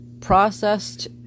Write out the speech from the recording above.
processed